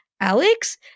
Alex